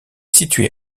situé